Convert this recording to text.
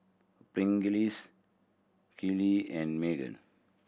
Pringles Kiehl and Megan